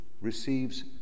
receives